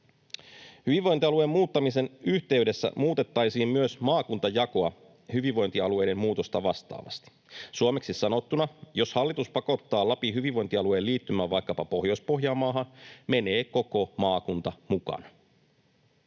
Hyvinvointialueen muuttamisen yhteydessä muutettaisiin myös maakuntajakoa hyvinvointialueiden muutosta vastaavasti. Suomeksi sanottuna: Jos hallitus pakottaa Lapin hyvinvointialueen liittymään vaikkapa Pohjois-Pohjanmaahan, menee koko maakunta mukana.